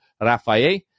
Rafael